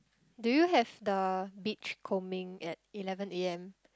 do you have the beach combing at eleven A_M